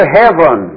heaven